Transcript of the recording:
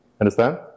Understand